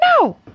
No